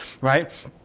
right